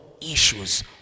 issues